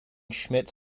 schmitz